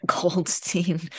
goldstein